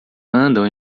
andam